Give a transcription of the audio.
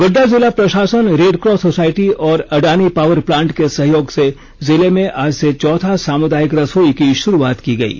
गोड्डा जिला प्रशासन red cross society और अडानी पावर प्लांट के सहयोग से जिले में आज से चौथा सामुदायिक रसोई की शुरूआत की गयी